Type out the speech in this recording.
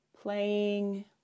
playing